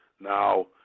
Now